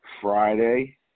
Friday